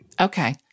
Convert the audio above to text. Okay